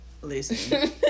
Listen